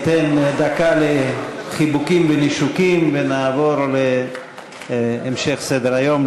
ניתן דקה לחיבוקים ונישוקים ונעבור להמשך סדר-היום,